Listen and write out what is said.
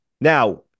Now